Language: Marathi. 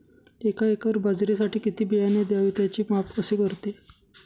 एका एकर बाजरीसाठी किती बियाणे घ्यावे? त्याचे माप कसे ठरते?